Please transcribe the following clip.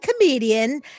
comedian